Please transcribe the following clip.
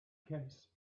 case